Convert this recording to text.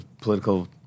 Political